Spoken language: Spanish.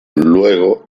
luego